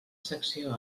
secció